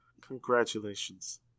Congratulations